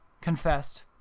confessed